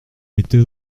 mettez